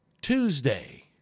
Tuesday